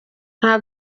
nta